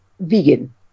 Vegan